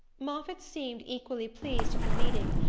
moffatt seemed equally pleased at the meeting,